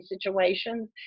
situations